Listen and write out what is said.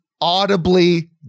audibly